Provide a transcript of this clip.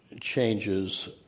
changes